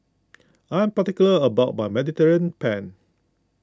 I am particular about my Mediterranean Penne